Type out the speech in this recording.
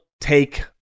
Take